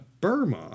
Burma